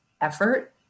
effort